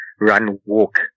run-walk